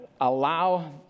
allow